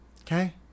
okay